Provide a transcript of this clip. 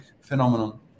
phenomenon